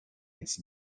its